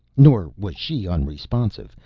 nor was she unresponsive,